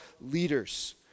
leaders